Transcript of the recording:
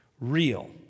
Real